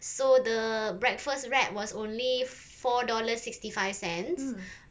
so the breakfast wrap was only four dollars sixty five cents